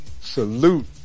Salute